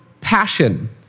passion